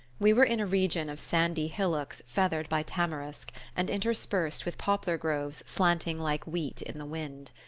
we were in a region of sandy hillocks feathered by tamarisk, and interspersed with poplar groves slanting like wheat in the wind.